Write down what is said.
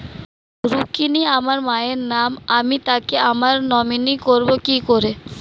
রুক্মিনী আমার মায়ের নাম আমি তাকে আমার নমিনি করবো কি করে?